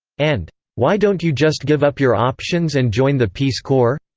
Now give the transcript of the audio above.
and why don't you just give up your options and join the peace corps?